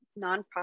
nonprofit